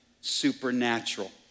supernatural